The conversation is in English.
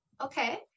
Okay